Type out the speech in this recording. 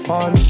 on